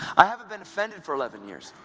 i haven't been offended for eleven years.